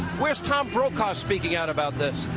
where is tom brokaw speaking out about this?